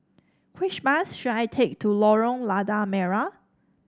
which bus should I take to Lorong Lada Merah